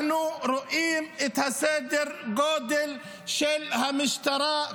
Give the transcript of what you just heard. אנחנו רואים את סדר הגודל של המשטרה,